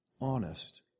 honest